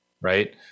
right